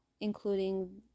including